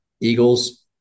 Eagles –